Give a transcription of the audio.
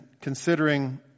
considering